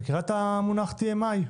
את מכירה את המונח TMI?